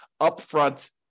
upfront